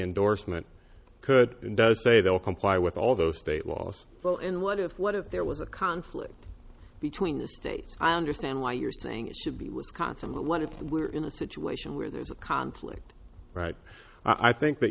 endorsement could and does say they will comply with all those state laws well and what if what if there was a conflict between the states i understand why you're saying it should be wisconsin one is we're in a situation where there's a conflict right i think that